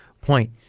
point